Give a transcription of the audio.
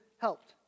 helped